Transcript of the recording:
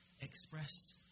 expressed